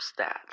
stats